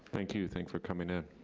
thank you. thanks for coming in.